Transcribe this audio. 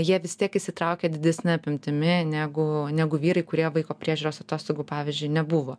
jie vis tiek įsitraukia didesne apimtimi negu negu vyrai kurie vaiko priežiūros atostogų pavyzdžiui nebuvo